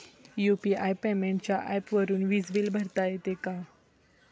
UPI पेमेंटच्या ऍपवरुन वीज बिल भरता येते का?